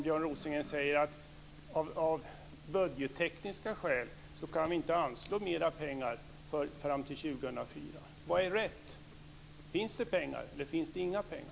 Björn Rosengren säger ju samtidigt att man av budgettekniska skäl inte kan anslå mer pengar fram till 2004. Vad är rätt? Finns det pengar eller finns det inga pengar?